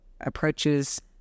approaches